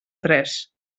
tres